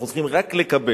אנחנו צריכים רק לקבל.